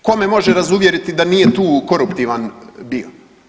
Tko me može razuvjeriti da nije tu koruptivan bio?